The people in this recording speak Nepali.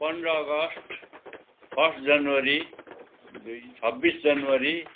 पन्ध्र अगस्ट फर्स्ट जनवरी दुई छब्बिस जनवरी